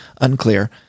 Unclear